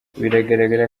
biragaragara